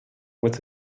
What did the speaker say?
with